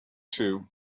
too